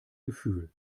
gefühl